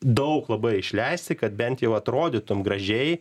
daug labai išleisti kad bent jau atrodytumei gražiai